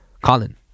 Colin